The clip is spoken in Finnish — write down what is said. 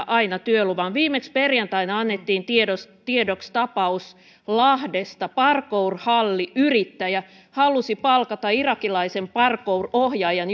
aina työluvan viimeksi perjantaina annettiin tiedoksi tiedoksi tapaus lahdesta missä parkour halliyrittäjä halusi palkata irakilaisen parkour ohjaajan